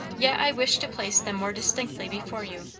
yet i wish to place them more distinctly before you,